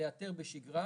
לאתר בשגרה